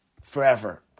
forever